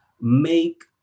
make